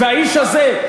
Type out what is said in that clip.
והאיש הזה,